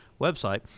website